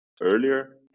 earlier